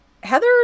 Heather